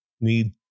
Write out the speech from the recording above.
Need